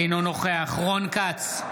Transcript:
אינו נוכח רון כץ,